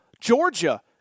Georgia